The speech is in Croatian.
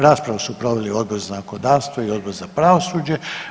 Raspravu su proveli Odbor za zakonodavstvo i Odbor za pravosuđe.